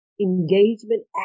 engagement